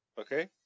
Okay